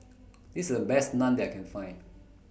This IS The Best Naan that I Can Find